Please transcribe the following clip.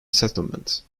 settlement